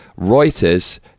Reuters